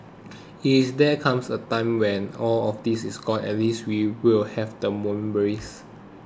if there comes a time when all of this is gone at least we will have the memories